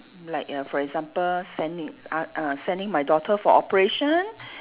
like err for example sending uh uh sending my daughter for operation